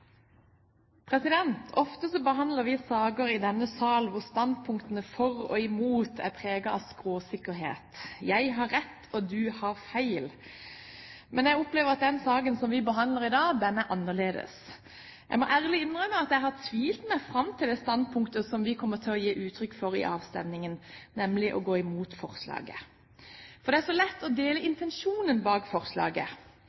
løsninger. Ofte behandler vi saker i denne sal hvor standpunktene for og imot er preget av skråsikkerhet: Jeg har rett, og du tar feil. Men jeg opplever at den saken vi behandler i dag, er annerledes. Jeg må ærlig innrømme at jeg har tvilt meg fram til det standpunktet som vi kommer til å gi uttrykk for i avstemningen, nemlig å gå imot forslaget. Det er så lett å dele